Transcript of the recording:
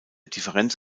differenz